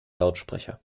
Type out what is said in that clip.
lautsprecher